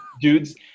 Dudes